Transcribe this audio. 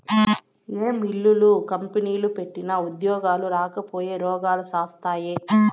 ఏ మిల్లులు, కంపెనీలు పెట్టినా ఉద్యోగాలు రాకపాయె, రోగాలు శాస్తాయే